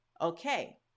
okay